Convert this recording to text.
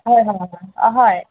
হয় অ হয়